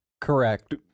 Correct